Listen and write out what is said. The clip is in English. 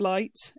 Light